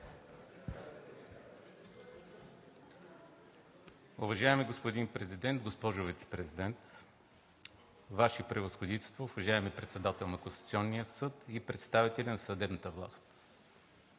Уважаеми господин Президент, госпожо Вицепрезидент, Ваши превъзходителства, уважаеми Председател на Конституционния съд и представители на съдебната власт,